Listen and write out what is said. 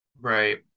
Right